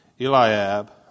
Eliab